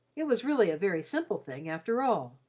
it was really a very simple thing, after all,